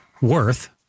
worth